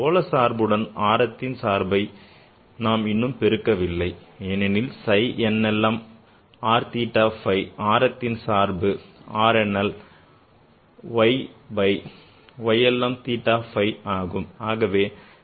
கோள சார்பு உடன் ஆரத்தின் சார்பை பகுதியை நான் இன்னும் பெருக்கவில்லை ஏனெனில் psi n l m r theta phi ஆரத்தின் சார்பு R n l of r by Y l m theta phi